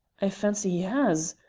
i fancy he has.